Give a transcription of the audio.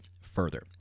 further